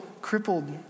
crippled